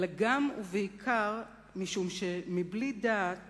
אלא גם ובעיקר משום שמבלי דעת